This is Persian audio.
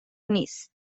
نیست